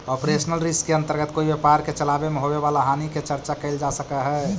operational risk के अंतर्गत कोई व्यापार के चलावे में होवे वाला हानि के चर्चा कैल जा सकऽ हई